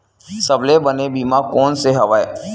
सबले बने बीमा कोन से हवय?